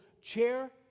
chair